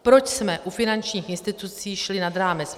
Proč jsme u finančních institucí šli nad rámec?